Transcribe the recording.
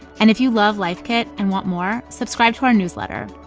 and if you love life kit and want more, subscribe to our newsletter.